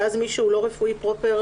ואז אם מישהו לא רפואי פרופר,